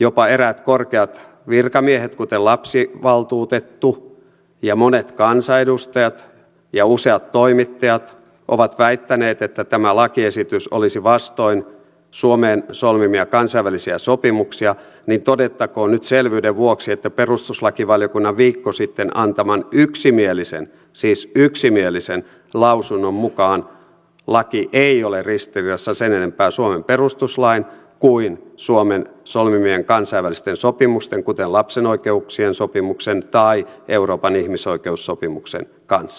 jopa eräät korkeat virkamiehet kuten lapsivaltuutettu monet kansanedustajat ja useat toimittajat ovat väittäneet että tämä lakiesitys olisi vastoin suomen solmimia kansainvälisiä sopimuksia niin todettakoon nyt selvyyden vuoksi että perustuslakivaliokunnan viikko sitten antaman yksimielisen siis yksimielisen lausunnon mukaan laki ei ole ristiriidassa sen enempää suomen perustuslain kuin suomen solmimien kansainvälisten sopimusten kuten lapsen oikeuksien sopimuksen tai euroopan ihmisoikeussopimuksen kanssa